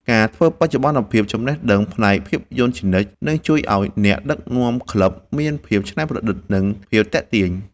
ការធ្វើបច្ចុប្បន្នភាពចំណេះដឹងផ្នែកភាពយន្តជានិច្ច នឹងជួយឱ្យអ្នកដឹកនាំក្លឹបមានភាពច្នៃប្រឌិត និងភាពទាក់ទាញ។